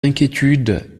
inquiétude